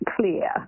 clear